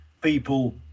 people